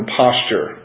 posture